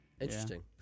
Interesting